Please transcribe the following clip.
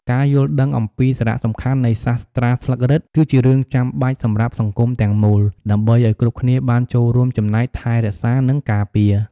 ការយល់ដឹងអំពីសារៈសំខាន់នៃសាស្រ្តាស្លឹករឹត គឺជារឿងចាំបាច់សម្រាប់សង្គមទាំងមូល ដើម្បីឱ្យគ្រប់គ្នាបានចូលរួមចំណែកថែរក្សានិងការពារ។